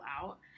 out